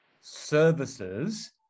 services